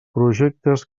projectes